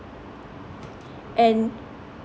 and